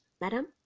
madam